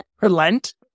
relent